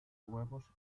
huevos